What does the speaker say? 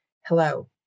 Hello